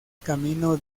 camino